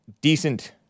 decent